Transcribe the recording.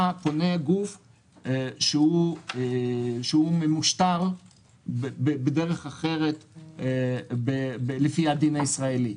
פונה גוף שהוא ממושטר בדרך אחרת לפי הדין הישראלי.